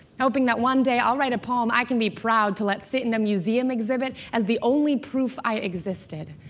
hoping that one day i'll write a poem i can be proud to let sit in a museum exhibit as the only proof i existed.